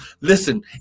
listen